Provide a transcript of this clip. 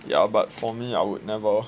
ya but for me I would never